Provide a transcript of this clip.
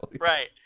Right